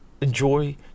enjoy